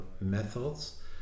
methods